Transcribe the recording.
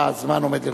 הזמן עומד לרשותך.